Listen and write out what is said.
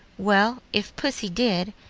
well, if pussy did,